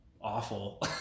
awful